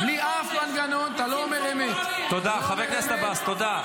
חבר הכנסת עבאס, תודה.